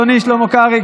אדוני שלמה קרעי,